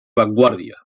vanguardia